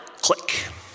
Click